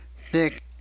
thick